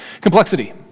Complexity